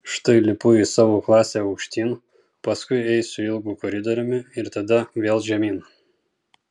štai lipu į savo klasę aukštyn paskui eisiu ilgu koridoriumi ir tada vėl žemyn